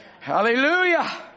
Hallelujah